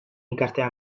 ikastea